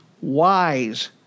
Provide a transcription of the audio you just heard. wise